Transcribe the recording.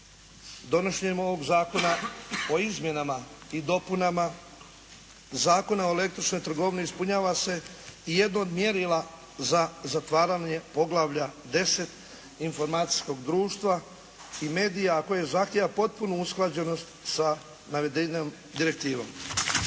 Donošenjem ovog Zakona o izmjenama i dopunama Zakona o električnoj trgovini ispunjava se i jedno od mjerila za zatvaranje poglavlja 10 – Informacijsko društvo i mediji a koje zahtijeva potpunu usklađenost sa navedenom direktivom.